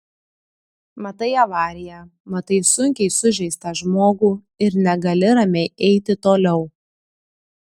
matai avariją matai sunkiai sužeistą žmogų ir negali ramiai eiti toliau